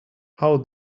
how